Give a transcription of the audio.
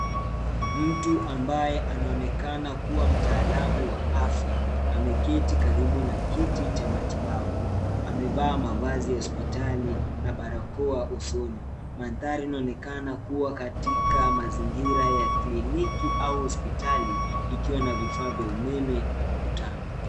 Mtu ambaye anaonekana kuwa mtaalamu wa afya ameketi karibu na kiti cha matibabu. Amevaa mavazi ya hosipitali na barakoa usoni. Mandhari yanaonekana kuwa katika mazingira ya kliniki au hosipitali ikiwa na vifaa vya umeme ukutani.